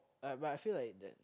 uh but I feel like that